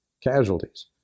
casualties